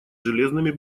железными